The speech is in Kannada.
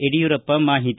ಯಡಿಯೂರಪ್ಪ ಮಾಹಿತಿ